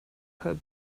had